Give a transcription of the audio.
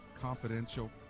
confidential